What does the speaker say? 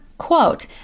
quote